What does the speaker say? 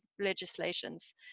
legislations